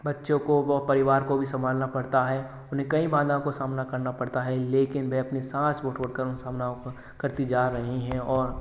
बच्चों को व परिवार को भी संभालना पड़ता है उन्हें कई बाधाओं का सामना करना पड़ता है लेकिन वह अपनी सांस को छोड़कर उन करती जा रही हैं और